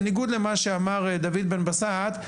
בניגוד למה שאמר דוד בן בסט,